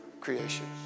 creation